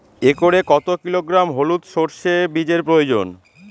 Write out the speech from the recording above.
একরে কত কিলোগ্রাম হলুদ সরষে বীজের প্রয়োজন?